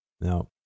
no